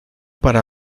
para